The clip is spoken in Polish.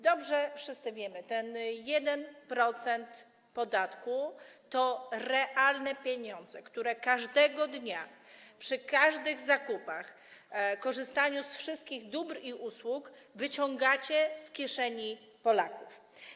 Dobrze wszyscy wiemy, że ten 1% podatku to realne pieniądze, które każdego dnia przy każdych zakupach, przy korzystaniu z wszystkich dóbr i usług wyciągacie z kieszeni Polaków.